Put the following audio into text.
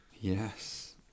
Yes